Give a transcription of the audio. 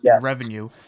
revenue